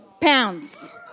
pounds